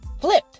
flipped